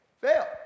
fail